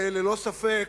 ללא ספק,